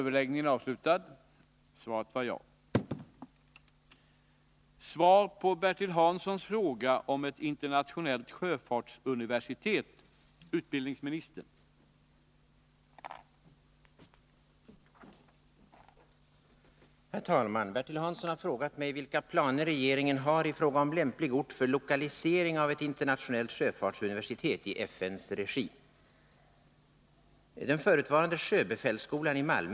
Enligt uppgifter från olika håll är det aktuellt att förlägga ett internationellt sjöfartsuniversitet i FN:s regi till Sverige. Vilka planer har regeringen i frågan om lämplig ort för lokalisering av detta universitet?